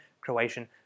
Croatian